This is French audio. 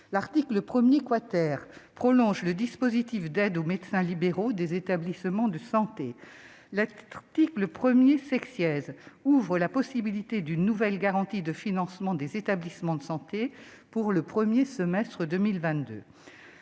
l'article 1 prolonge le dispositif d'aide aux médecins libéraux des établissements de santé ; l'article 1 ouvre la possibilité d'une nouvelle garantie de financement des établissements de santé pour le premier semestre 2022